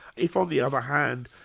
if, on the other hand,